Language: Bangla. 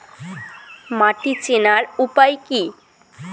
মাটি চেনার উপায় কি?